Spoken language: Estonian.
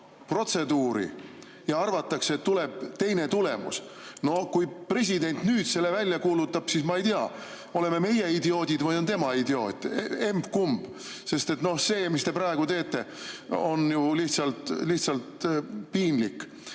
protseduuri ja arvatakse, et tuleb teine tulemus? Noh, kui president nüüd selle välja kuulutab, siis ma ei tea, oleme meie idioodid või on tema idioot, emb‑kumb. Sest no see, mis te praegu teete, on ju lihtsalt piinlik.